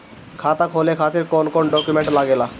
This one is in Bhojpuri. खाता खोले खातिर कौन कौन डॉक्यूमेंट लागेला?